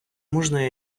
можна